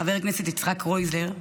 לחבר הכנסת יצחק קרויזר,